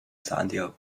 santiago